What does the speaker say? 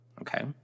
Okay